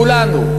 כולנו,